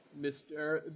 Mr